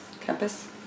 campus